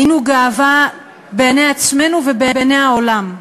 היינו גאווה בעיני עצמנו ובעיני העולם,